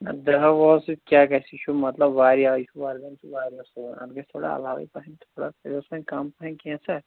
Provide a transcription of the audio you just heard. نہَ دَہو وُہو سٍتۍ کیٛاہ گژھِ یہِ چھُ مطلب واریاہ یہِ چھُ وَرٕدَن چھُ واریاہ سُون اتھ گژھِ تھوڑا علاوَے پَہم تھوڑا کٔرۍہوٗس کَم پَہم کیٚنٛژھا